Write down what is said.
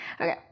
Okay